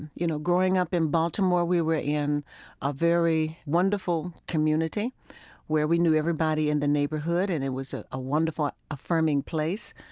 you know, growing up in baltimore we were in a very wonderful community where we knew everybody in the neighborhood, and it was a ah wonderful affirming place.